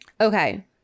Okay